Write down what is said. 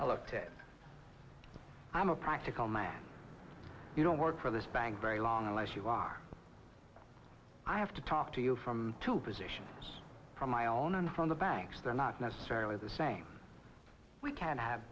i look ted i'm a practical man you don't work for this bank very long unless you are i have to talk to you from two positions from my own and from the banks they're not necessarily the same we can't have